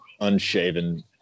unshaven